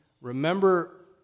Remember